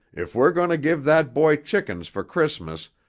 if we're going to give that boy chickens for christmas,